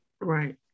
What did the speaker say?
Right